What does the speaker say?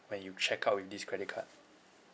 when you check out with this credit card